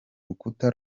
rukuta